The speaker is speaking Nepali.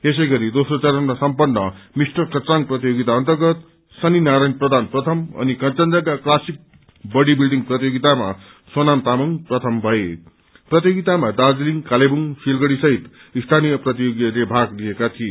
यसैगरी दोस्रो चरणमा सम्पत्र मिस्टर खरसाङ प्रतियोगिता अन्तर्गत शनिनारायण प्रधान प्रथम अनि कंचनजंघा क्तासिक बडी बिल्डिंग प्रतियोगितामा दार्जीलिङ कालेवुङ सिलगढ़ी सहित स्थानीय प्रतियोगीहरुले भाग लिएका थिए